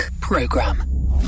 Program